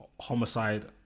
homicide